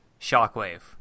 Shockwave